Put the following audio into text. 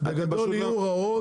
בגדול יהיו הוראות,